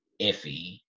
iffy